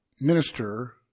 minister